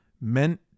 meant